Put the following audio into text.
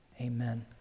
Amen